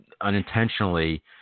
unintentionally